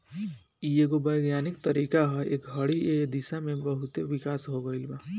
इ एगो वैज्ञानिक तरीका ह ए घड़ी ए दिशा में बहुते विकास हो गईल बा